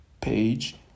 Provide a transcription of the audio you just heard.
page